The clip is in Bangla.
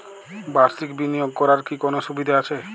বাষির্ক বিনিয়োগ করার কি কোনো সুবিধা আছে?